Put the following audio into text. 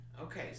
Okay